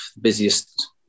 busiest